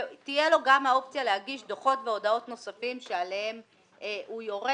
ותהיה לו גם האופציה להגיש דוחות והודעות נוספים שעליהם הוא יורה.